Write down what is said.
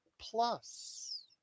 Plus